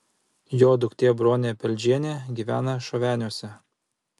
jo duktė bronė peldžienė gyvena šoveniuose